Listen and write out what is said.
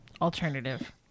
alternative